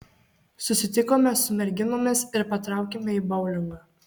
susitikome su merginomis ir patraukėme į boulingą